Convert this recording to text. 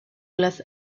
las